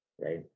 right